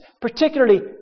particularly